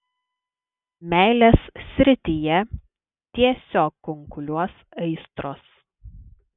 meilės srityje tiesiog kunkuliuos aistros